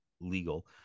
legal